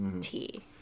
tea